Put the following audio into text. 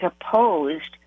opposed